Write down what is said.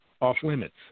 off-limits